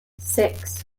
six